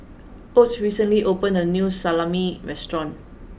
Ott recently opened a new Salami restaurant